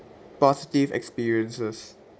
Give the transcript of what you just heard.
positive experiences